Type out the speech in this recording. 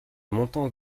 montant